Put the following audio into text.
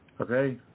Okay